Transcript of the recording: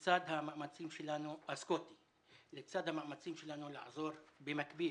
זה נעשה לצד המאמצים שלנו לעזור במקביל,